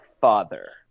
father